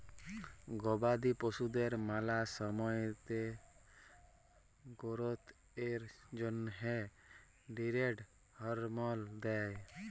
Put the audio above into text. গবাদি পশুদের ম্যালা সময়তে গোরোথ এর জ্যনহে ষ্টিরেড হরমল দেই